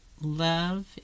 love